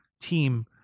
team